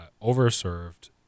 over-served